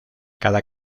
cada